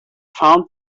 found